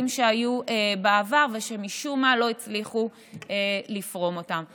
שהיו בעבר ושמשום מה לא הצליחו לפרום אותם.